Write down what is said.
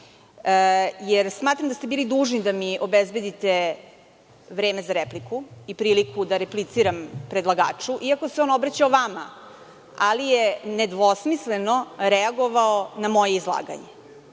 jer smatram da ste bili dužni da mi obezbedite vreme za repliku i priliku da repliciram predlagaču iako se on obraćao vama, ali je nedvosmisleno reagovao na moje izlaganje.U